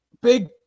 big